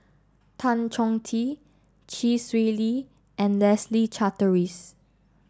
Tan Chong Tee Chee Swee Lee and Leslie Charteris